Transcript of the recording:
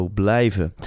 blijven